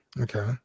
Okay